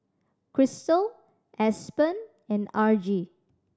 Kristal Aspen and Argie